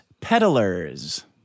peddlers